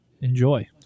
enjoy